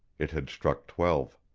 it had struck twelve.